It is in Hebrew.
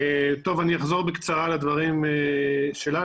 אני אחזור בקצרה על הדברים שלנו.